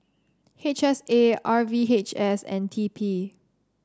H S A R V H S and T P